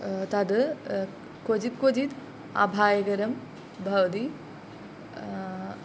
तत् क्वचित् क्वचित् अभायकरं भवति